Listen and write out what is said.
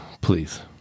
Please